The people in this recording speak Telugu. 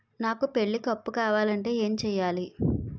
నాకు పెళ్లికి అప్పు కావాలంటే ఏం చేయాలి?